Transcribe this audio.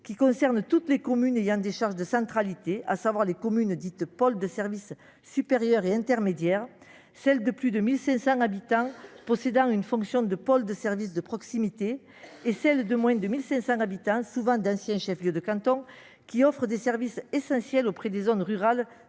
qui concernent toutes les communes ayant des charges de centralité, à savoir les communes dites pôles de services supérieurs et intermédiaires, celles de plus de 1 500 habitants possédant une fonction de pôle de services de proximité et celles de moins de 1 500 habitants, souvent d'anciens chefs-lieux de canton, qui offrent des services essentiels auprès des zones rurales